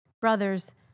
Brothers